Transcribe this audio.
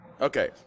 okay